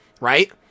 right